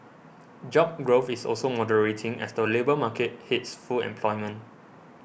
job growth is also moderating as the labour market hits full employment